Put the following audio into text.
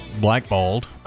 blackballed